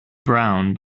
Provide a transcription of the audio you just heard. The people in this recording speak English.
brown